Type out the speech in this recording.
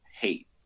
hate